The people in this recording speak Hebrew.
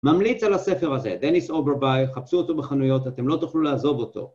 ממליץ על הספר הזה, דניס אוברבאי, חפשו אותו בחנויות, אתם לא תוכלו לעזוב אותו.